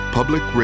Public